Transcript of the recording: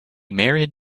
married